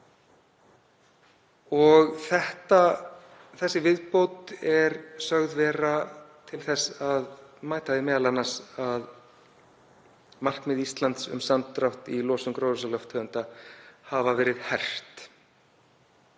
Þessi viðbót er sögð vera til þess að mæta því m.a. að markmið Íslands um samdrátt í losun gróðurhúsalofttegunda hafa verið hert.